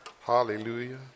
Hallelujah